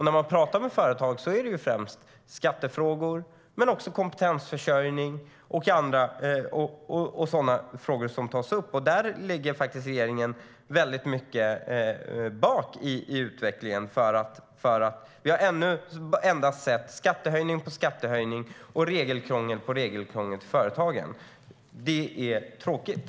När man pratar med företag är det främst skattefrågor, men även kompetensförsörjning och sådana frågor, som tas upp. Där ligger regeringen faktiskt väldigt långt efter i utvecklingen. Vi har ännu endast sett skattehöjning på skattehöjning och regelkrångel på regelkrångel för företagen. Det är tråkigt.